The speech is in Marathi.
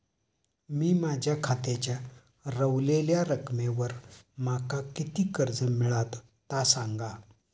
मी माझ्या खात्याच्या ऱ्हवलेल्या रकमेवर माका किती कर्ज मिळात ता सांगा?